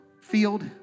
field